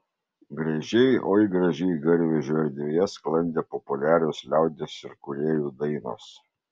gražiai oi gražiai garvežio erdvėje sklandė populiarios liaudies ir kūrėjų dainos